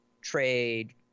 trade